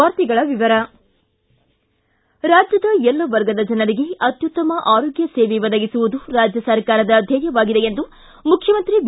ವಾರ್ತೆಗಳ ವಿವರ ರಾಜ್ಞದ ಎಲ್ಲ ವರ್ಗದ ಜನರಿಗೆ ಅತ್ಯುತ್ತಮ ಆರೋಗ್ಯ ಸೇವೆ ಒದಗಿಸುವುದು ರಾಜ್ಯ ಸರ್ಕಾರದ ಧ್ವೇಯವಾಗಿದೆ ಎಂದು ಮುಖ್ಲಮಂತ್ರಿ ಬಿ